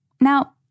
Now